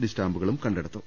D സ്റ്റാമ്പുകളും കണ്ടെടുത്തു